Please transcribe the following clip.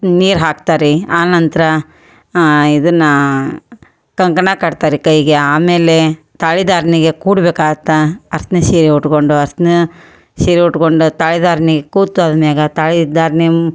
ನೀರು ಹಾಕ್ತಾರೆ ರೀ ಆ ನಂತರ ಇದನ್ನು ಕಂಕಣ ಕಟ್ತಾರೆ ರೀ ಕೈಗೆ ಆಮೇಲೆ ತಾಳಿಧಾರ್ಣೆಗೆ ಕೂಡ್ಬೇಕಾಗತ್ತೆ ಅರ್ಶ್ಣದ ಸೀರೆ ಉಟ್ಟುಕೊಂಡು ಅರ್ಶ್ಣ ಸೀರೆ ಉಟ್ಕೊಂಡು ತಾಳಿಧಾರ್ಣೆಗ್ ಕೂತು ಆದ ಮ್ಯಾಲ ತಾಳಿಧಾರ್ಣೆಮ್